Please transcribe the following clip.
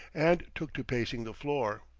and took to pacing the floor.